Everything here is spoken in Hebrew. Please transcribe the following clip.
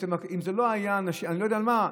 אני לא יודע על מה.